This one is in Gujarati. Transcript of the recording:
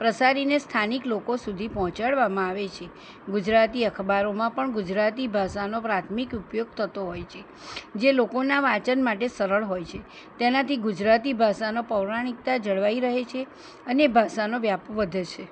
પ્રસારીને સ્થાનિક લોકો સુધી પહોંચાડવામાં આવે છે ગુજરાતી અખબારોમાં પણ ગુજરાતી ભાષાનો પ્રાથમિક ઉપયોગ થતો હોય છે જે લોકોના વાંચન માટે સરળ હોય છે તેનાથી ગુજરાતી ભાષાનો પૌરાણિકતા જળવાઈ રહે છે અને ભાષાનો વ્યાપ વધે છે